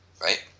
right